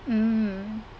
mm